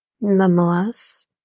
Nonetheless